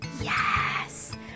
yes